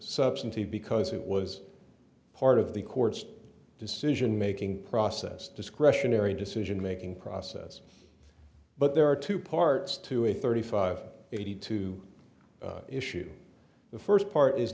substantive because it was part of the court's decision making process discretionary decision making process but there are two parts to a thirty five eighty two issue the first part is